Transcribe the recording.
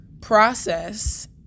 process